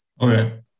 Okay